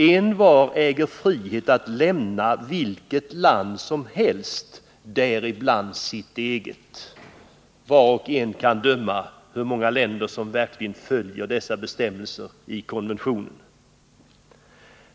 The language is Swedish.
Envar: äger frihet att lämna vilket land som helst, däribland sitt eget.” Var och en vet hur många länder som verkligen följer dessa bestämmelser i konventionen.